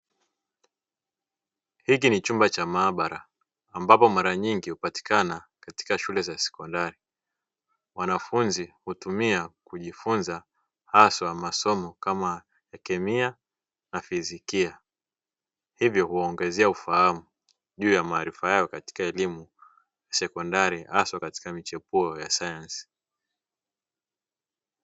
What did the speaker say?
Hiki ni chumba cha mahabara ambapo mara nyingi hupatikana katika shule za sekondari, wanafunzi hutumia kujifunza haswa masoma kama kemia na fizikia, hivyo uongezea ufahamu juu maarifa yao katika elimu ya sekondari hasa katika michepuo ya sayansi.